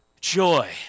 joy